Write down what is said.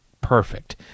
perfect